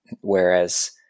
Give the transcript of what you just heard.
whereas